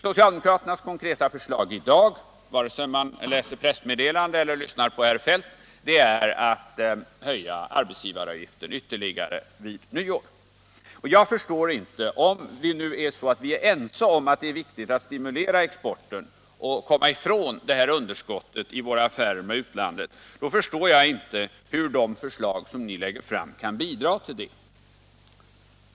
Socialdemokraternas konkreta förslag i dag — enligt pressmeddelanden och enligt herr Feldt — är att vid nyår höja arbetsgivaravgiften ytterligare. Om vi nu är ense om att det är viktigt att stimulera exporten och komma ifrån underskottet i våra affärer med utlandet, så förstår jag inte hur de förslag ni lägger fram kan bidra till det.